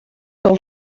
del